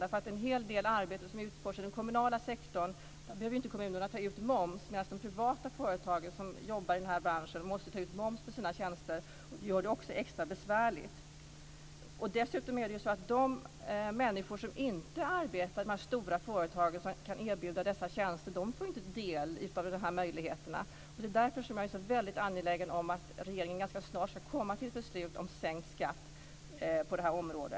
Kommunerna behöver inte ta ut moms för en hel del arbete som utförs i den kommunala sektorn, medan de privata företagen måste ta ut moms på sina tjänster, och det gör det hela extra besvärligt. De människor som inte arbetar i de stora företagen som kan erbjuda denna typ av tjänster får inte del av dessa möjligheter. Det är därför som jag är så väldigt angelägen om att regeringen ganska snart ska komma fram till ett beslut om sänkt skatt på detta område.